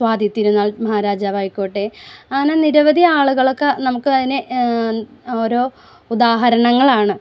സ്വാതി തിരുനാൾ മഹാരാജാവ് ആയിക്കോട്ടെ അങ്ങനെ നിരവധി ആളുകളൊക്കെ നമുക്ക് അതിന് ഓരോ ഉദാഹരണങ്ങളാണ്